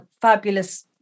fabulous